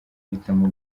hitamo